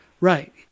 Right